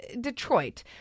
Detroit